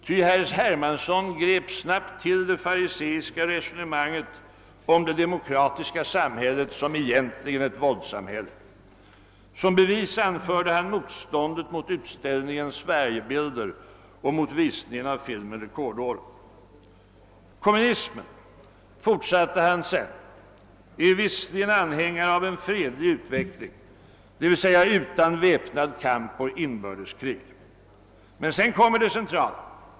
Ty herr Hermansson grep snabbt till det fariseiska resonemanget om det demokratiska samhället såsom egentligen varande ett våldssamhälle. Som bevis anförde han motståndet mot utställningen »Sverige-bilder» och mot visningen av filmen »Rekordåren». Kommunismen, fortsätter han därefter, är visserligen anhängare av en fredlig utveckling, d.v.s. »utan väpnad kamp och inbördeskrig». Men sedan kommer det centrala.